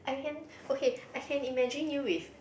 I can okay I can imagine you with